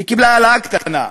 היא קיבלה העלאה קטנה,